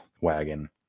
wagon